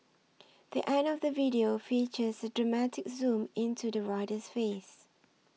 the end of the video features a dramatic zoom into the rider's face